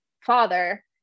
father